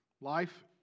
Life